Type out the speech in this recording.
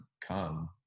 come